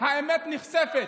האמת נחשפת.